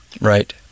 Right